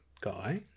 guy